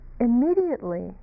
Immediately